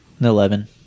Eleven